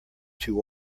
too